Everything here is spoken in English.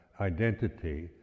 identity